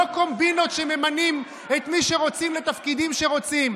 לא קומבינות שממנים את מי שרוצים לתפקידים שרוצים.